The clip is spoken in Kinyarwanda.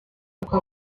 ukaba